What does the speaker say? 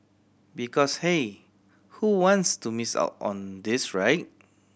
because hey who wants to miss out on this right